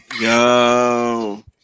Yo